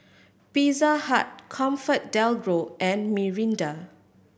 Pizza Hut ComfortDelGro and Mirinda